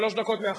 שלוש דקות מעכשיו.